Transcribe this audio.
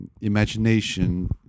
imagination